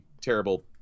Terrible